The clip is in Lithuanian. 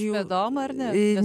juodom ar ne